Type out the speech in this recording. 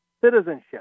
citizenship